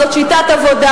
זאת שיטת עבודה.